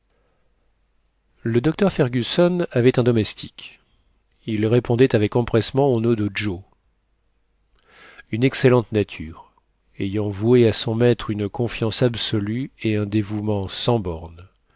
le docteur fergusson avait un domestique il répondait avec empressement au nom de joe une excellente nature ayant voué à son maître une confiance absolue et un dévouement sans bornes